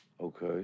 Okay